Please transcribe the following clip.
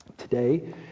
Today